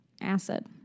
acid